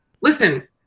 Listen